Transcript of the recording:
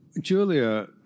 Julia